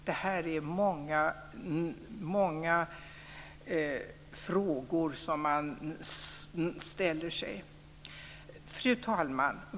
Det är många frågor som man ställer sig. Fru talman!